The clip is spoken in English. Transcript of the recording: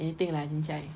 anything lah cincai